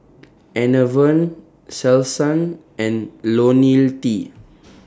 Enervon Selsun and Lonil T